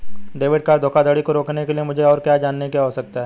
Debit card धोखाधड़ी को रोकने के लिए मुझे और क्या जानने की आवश्यकता है?